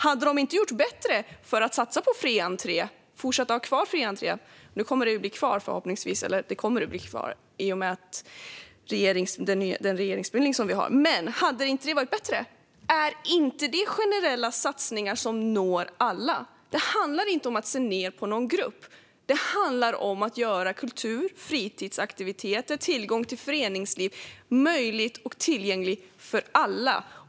Hade de inte gjort bättre nytta i en satsning på fortsatt fri entré? Nu kommer den fria entrén ändå att bli kvar, i och med den regeringsbildning som skett. Är inte det generella satsningar som når alla? Det handlar inte om att se ned på någon grupp. Det handlar om att göra kultur, fritidsaktiviteter och föreningsliv tillgängligt för alla.